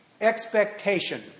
Expectation